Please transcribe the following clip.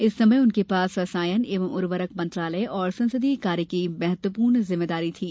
इस समय उनके पास रसायन एवं उर्वरक मंत्रालय और संसदीय कार्य की महत्वपूर्ण जिम्मेदारी थी